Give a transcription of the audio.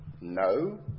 No